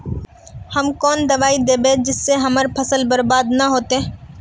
हम कौन दबाइ दैबे जिससे हमर फसल बर्बाद न होते?